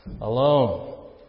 alone